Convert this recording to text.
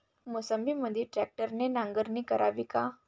मोसंबीमंदी ट्रॅक्टरने नांगरणी करावी का?